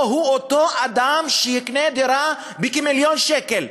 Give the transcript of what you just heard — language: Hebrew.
או שהוא אותו אדם שיקנה דירה בכמיליון שקל,